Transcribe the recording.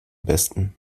besten